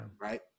Right